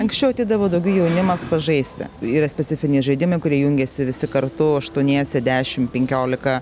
anksčiau ateidavo daugiau jaunimas pažaisti yra specifiniai žaidimai kur jie jungiasi visi kartu aštuoniese dešimt penkiolika